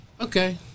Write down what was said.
okay